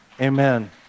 Amen